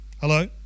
Hello